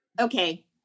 Okay